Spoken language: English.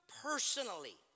personally